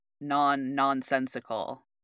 non-nonsensical